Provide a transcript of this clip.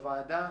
לוועדה,